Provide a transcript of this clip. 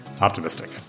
optimistic